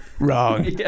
wrong